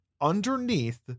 underneath